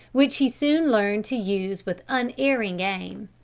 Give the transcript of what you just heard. which he soon learned to use with unerring aim.